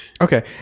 Okay